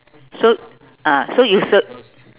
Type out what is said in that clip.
so ah so you cir~